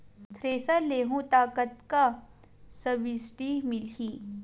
Thresher लेहूं त कतका सब्सिडी मिलही?